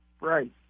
right